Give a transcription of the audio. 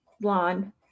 blonde